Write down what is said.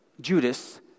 Judas